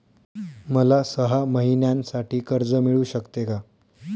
मला सहा महिन्यांसाठी कर्ज मिळू शकते का?